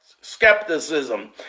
skepticism